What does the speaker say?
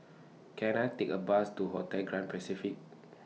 Can I Take A Bus to Hotel Grand Pacific